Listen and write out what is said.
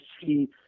see